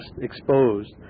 exposed